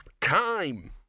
time